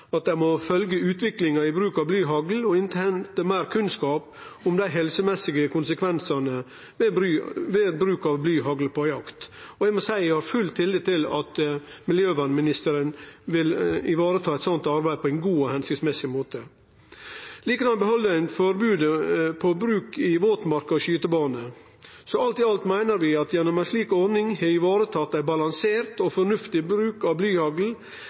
kunnskap om de helsemessige konsekvenser ved bruk av blyhagl på jakt.» Eg har full tillit til at miljøvernministeren vil vareta eit sånt arbeid på ein god og hensiktsmessig måte. Likeins beheld ein forbodet mot bruk i våtmark og på skytebanar. Alt i alt meiner vi at ein gjennom ei slik ordning har varetatt ein balansert og fornuftig bruk av